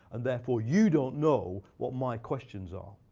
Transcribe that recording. and therefore you don't know what my questions are.